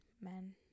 men